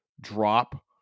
drop